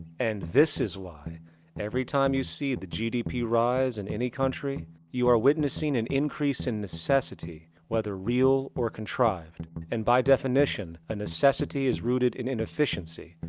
and this is why every time you see the gdp rise in any country you are witnessing an increase in necessity whether real or contrived. and by definition, a necessity is rooted in inefficiency.